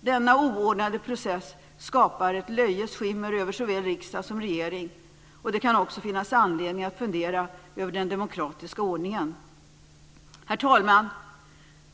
Denna oordnade process skapar ett löjets skimmer över såväl riksdag som regering. Det kan också finnas anledning att fundera över den demokratiska ordningen. Herr talman!